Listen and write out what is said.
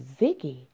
Ziggy